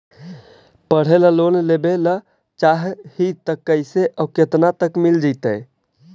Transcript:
पढ़े ल लोन लेबे ल चाह ही त कैसे औ केतना तक मिल जितै?